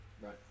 Right